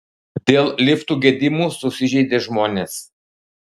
dėl liftų gedimų susižeidė žmonės